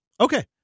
Okay